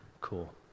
cool